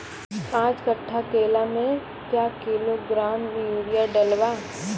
पाँच कट्ठा केला मे क्या किलोग्राम यूरिया डलवा?